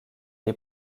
est